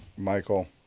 michael,